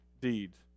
deeds